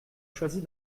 choisi